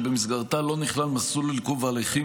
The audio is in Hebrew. שבמסגרתה לא נכלל מסלול עיכוב הליכים